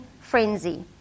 frenzy